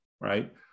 right